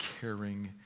caring